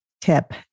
tip